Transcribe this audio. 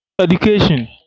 Education